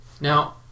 Now